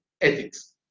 ethics